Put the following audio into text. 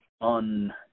on